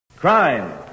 Crime